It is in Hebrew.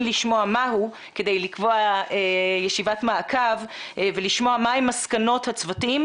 לשמוע מהו כדי לקבוע ישיבת מעקב ולשמוע מה הן מסקנות הצוותים.